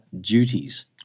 duties